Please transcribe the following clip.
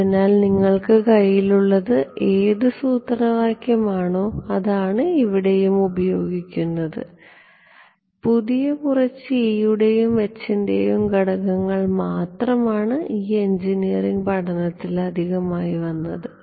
അതിനാൽ നിങ്ങൾക്ക് കയ്യിലുള്ളത് ഏതു സൂത്രവാക്യം ആണോ അതാണ് ഇവിടെയും ഉപയോഗിക്കുന്നത് പുതിയ കുറച്ച് e യുടെയും h ൻറെയും ഘടകങ്ങൾ മാത്രമാണ് ഈ എൻജിനീയറിങ് പഠനത്തിൽ അധികമായി വന്നത്